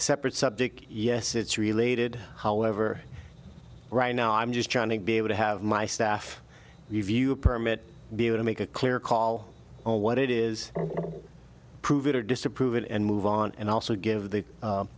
separate subject yes it's related however right now i'm just trying to be able to have my staff review a permit be able to make a clear call on what it is prove it or disapprove it and move on and also give the